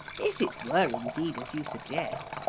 if it were indeed as you suggest,